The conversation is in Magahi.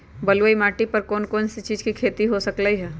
बलुई माटी पर कोन कोन चीज के खेती हो सकलई ह?